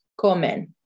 Comen